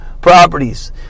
properties